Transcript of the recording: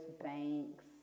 banks